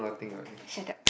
shut up